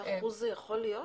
איזה אחוז זה יכול להיות?